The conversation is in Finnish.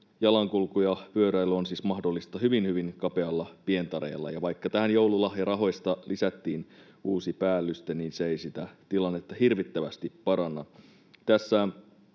jalankulku ja pyöräily on siis mahdollista hyvin, hyvin kapealla pientareella, ja vaikka tähän joululahjarahoista lisättiin uusi päällyste, niin se ei sitä tilannetta hirvittävästi paranna.